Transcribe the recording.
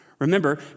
Remember